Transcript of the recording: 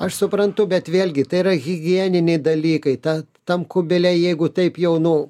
aš suprantu bet vėlgi tai yra higieniniai dalykai ta tam kubile jeigu taip jau nu